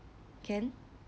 can